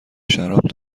شراب